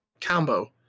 combo